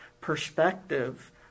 perspective